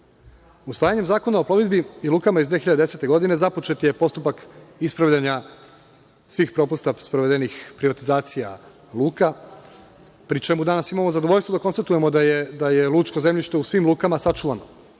delatnosti. Usvajanjem Zakona o plovidbi i lukama iz 2010. godine započet je postupak ispravljanja svih propusta sprovedenih privatizacija luka, pri čemu danas imamo zadovoljstvo da konstatujemo da je lučko zemljište u svim lukama sačuvano